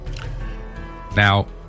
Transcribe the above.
Now